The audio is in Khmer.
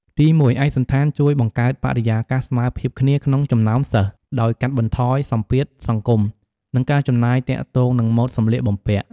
ទីមួយ ឯកសណ្ឋានជួយបង្កើតបរិយាកាសស្មើភាពគ្នាក្នុងចំណោមសិស្ស ដោយកាត់បន្ថយសម្ពាធសង្គម និងការចំណាយទាក់ទងនឹងម៉ូដសម្លៀកបំពាក់។